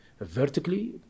vertically